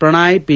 Pranay P